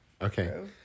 Okay